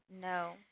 No